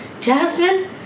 Jasmine